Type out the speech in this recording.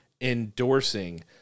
endorsing